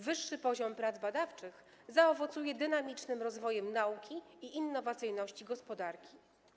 Wyższy poziom prac badawczych zaowocuje dynamicznym rozwojem nauki i innowacyjności gospodarki.